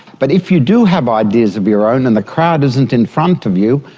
but if you do have ideas of your own and the crowd isn't in front of you,